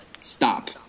stop